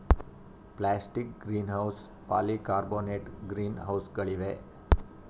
plastic greenhouse, polycarbonate ಗ್ರೀನ್ ಹೌಸ್ಗಳಿವೆ